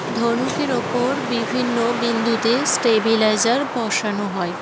ধনুকের ওপর বিভিন্ন বিন্দুতে স্টেবিলাইজার বসানো হয়